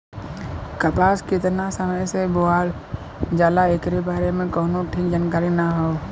कपास केतना समय से बोअल जाला एकरे बारे में कउनो ठीक जानकारी ना हौ